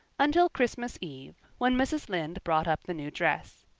until christmas eve, when mrs. lynde brought up the new dress.